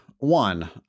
One